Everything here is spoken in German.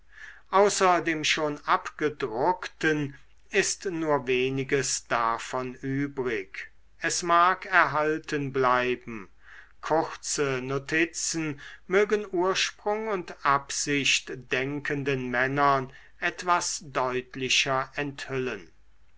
dem schon abgedruckten ist nur weniges davon übrig es mag erhalten bleiben kurze notizen mögen ursprung und absicht denkenden männern etwas deutlicher enthüllen